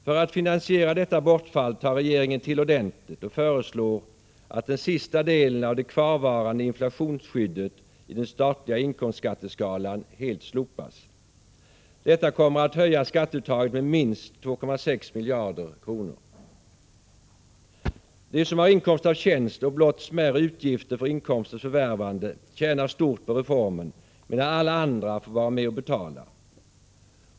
För att finansiera detta bortfall tar regeringen till ordentligt och föreslår att den sista delen av det kvarvarande inflationsskyddet i den statliga inkomstskatteskalan helt slopas. Detta kommer att höja skatteuttaget med minst 2,6 miljarder kronor. De som har inkomst av tjänst och blott smärre utgifter för inkomstens förvärvande tjänar stort på reformen, medan alla andra får vara med och betala.